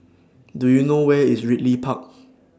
Do YOU know Where IS Ridley Park